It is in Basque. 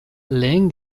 lehen